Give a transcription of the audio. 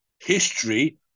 history